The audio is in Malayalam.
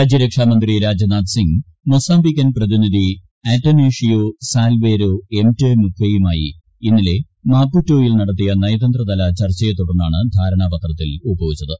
രാജ്യരക്ഷാമന്ത്രി രാജ്നാഥ് സിങ്ങ് മൊസമ്പിക്കൻ പ്രതിനിധി അറ്റനേഷിയോ സാൽവേരേ എംറ്റുമുക്കേയുമായി ഇന്നലെ മാപുറ്റോയിൽ നടത്തിയ നയതന്ത്രതല ചർച്ചയെ തുടർന്നാണ് ധാരണാപത്രത്തിൽ ഒപ്പുവച്ചത്